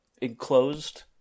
enclosed